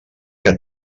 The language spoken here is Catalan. que